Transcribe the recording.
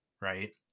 right